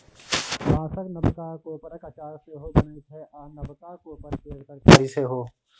बाँसक नबका कोपरक अचार सेहो बनै छै आ नबका कोपर केर तरकारी सेहो